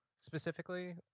specifically